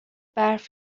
برف